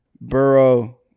Burrow